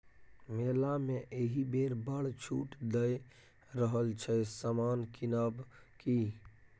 मेला मे एहिबेर बड़ छूट दए रहल छै समान किनब कि?